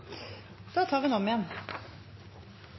der vi er opptatt av